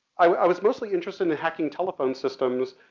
i was mostly interested in hacking telephone systems,